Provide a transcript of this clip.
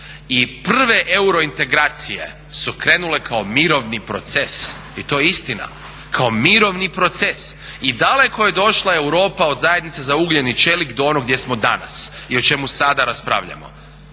i prve eurointegracije su krenule kao mirovni proces i to je istina, kao mirovini proces. I daleko je došla od Europa od Zajednice za ugljen i čelik do onog gdje smo danas i o čemu sada raspravljamo.